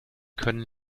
können